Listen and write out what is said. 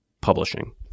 publishing